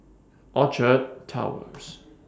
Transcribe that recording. Orchard Towers